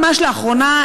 ממש לאחרונה,